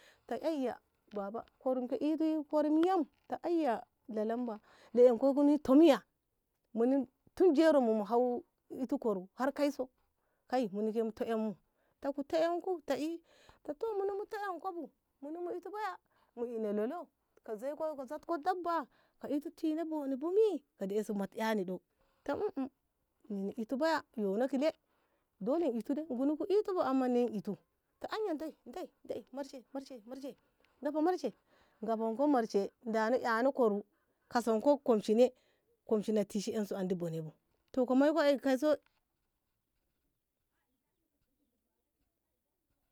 ta aiya baba korum ke ite korum yam ta aiya lalamba leyanku nguni ta miya muni tun jero mu mu hawok itu koru har kaiso kai muni ke mu toƙanmu ta ku toƙanku ta i ta toh muni mu toƙanku bumuni mu itu baya mu ina lolo ka zat ko dabba ka itu tina boni bu mi ku dei si mati ƙani ɗo ta ne ni itu baya yono kile dole itu dai nguni ku itu bu amma ne itu ta anya dai dai marshe marshe ngafa marshe dano ƙano koru kasan ko komshine komshine a tishe yansu andi bone bu to ko moiko ei kaiso